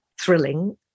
thrilling